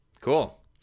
Cool